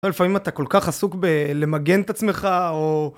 לפעמים אתה כל כך עסוק ב... למגן את עצמך, או...